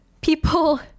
people